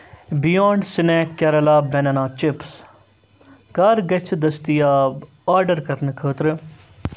beyond snack Kerala banana chips کَر گژھِ دٔستیاب آرڈر کرنہٕ خٲطرٕ